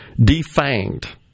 defanged